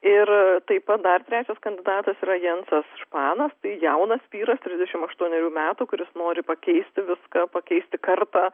ir taip pat dar trečias kandidatas yra jencas španas tai jaunas vyras trisdešimt aštuonerių metų kuris nori pakeisti viską pakeisti kartą